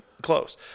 close